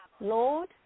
Lord